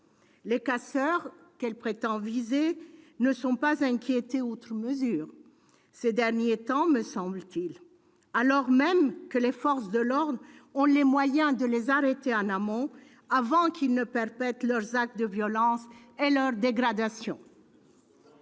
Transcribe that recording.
Les casseurs qu'elle prétend viser ne sont pas inquiétés outre mesure ces derniers temps, me semble-t-il, alors même que les forces de l'ordre ont les moyens de les arrêter en amont, avant qu'ils ne perpètrent leurs actes de violence et leurs dégradations.